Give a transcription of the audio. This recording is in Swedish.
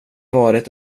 varit